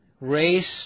race